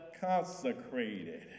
consecrated